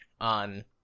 on